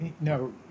No